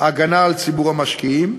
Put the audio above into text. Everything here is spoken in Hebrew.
הגנה על ציבור המשקיעים,